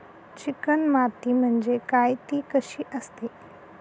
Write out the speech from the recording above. Chicken माती म्हणजे काय? ति कशी असते?